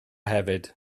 hefyd